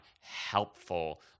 helpful